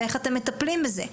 ואיך אתם מטפלים בזה.